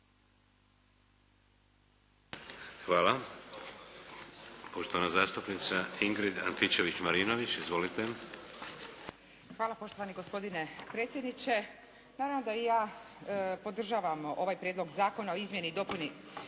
Hvala. Poštovana zastupnica Ingrid Antičević Marinović. **Antičević Marinović, Ingrid (SDP)** Hvala poštovani gospodine predsjedniče. Naravno da i ja podržavam ovaj Prijedlog zakona o izmjeni i dopuni